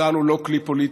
צה"ל הוא לא כלי פוליטי